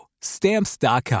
Stamps.com